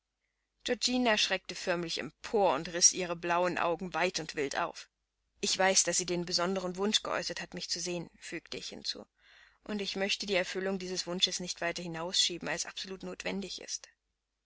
georgina schreckte förmlich empor und riß ihre blauen augen weit und wild auf ich weiß daß sie den besonderen wunsch geäußert hat mich zu sehen fügte ich hinzu und ich möchte die erfüllung dieses wunsches nicht weiter hinausschieben als absolut notwendig ist